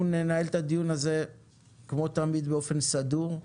אנחנו ננהל את הדיון הזה כמו תמיד באופן סדור,